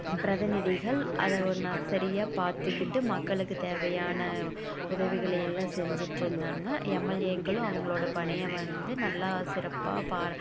பிரதநிதிகள் அத சரியா பார்த்துகிட்டு மக்களுக்கு தேவையான உதவிகளை எல்லாம் செஞ்சிட்டுருந்தாங்க எம்எல்ஏக்களும் அவங்களோட பணியை வந்து நல்லா சிறப்பாக